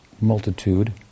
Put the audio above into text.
multitude